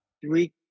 three